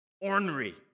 ornery